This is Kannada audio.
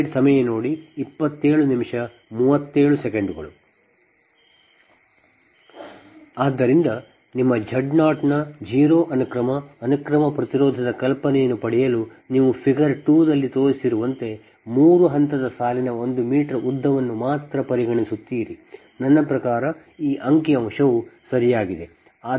ಆದ್ದರಿಂದ ನಿಮ್ಮ Z 0 ನ 0 ಅನುಕ್ರಮ ಅನುಕ್ರಮ ಪ್ರತಿರೋಧದ ಕಲ್ಪನೆಯನ್ನು ಪಡೆಯಲು ನೀವು ಫಿಗರ್ 2 ರಲ್ಲಿ ತೋರಿಸಿರುವಂತೆ ಮೂರು ಹಂತದ ಸಾಲಿನ ಒಂದು ಮೀಟರ್ ಉದ್ದವನ್ನು ಮಾತ್ರ ಪರಿಗಣಿಸುತ್ತೀರಿ ನನ್ನ ಪ್ರಕಾರ ಈ ಅಂಕಿ ಅಂಶ ಸರಿಯಾಗಿದೆ